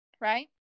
right